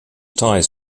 ties